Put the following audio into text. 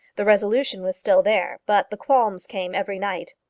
the resolution was still there, but the qualms came every night.